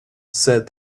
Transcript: said